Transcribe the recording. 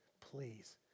Please